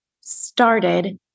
started